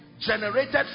generated